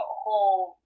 whole